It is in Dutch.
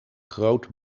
groot